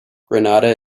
granada